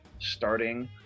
starting